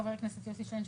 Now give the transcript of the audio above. חבר הכנסת יוסי שיין,